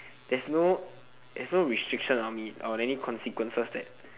there's no there's no restriction on me or any consequences that